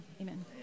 amen